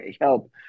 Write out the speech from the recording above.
help